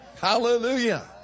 Hallelujah